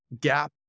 gap